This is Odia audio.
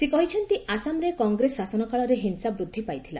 ସେ କହିଛନ୍ତି ଆସାମରେ କଂଗ୍ରେସ ଶାସନ କାଳରେ ହିଂସା ବୃଦ୍ଧି ପାଇଥିଲା